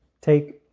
take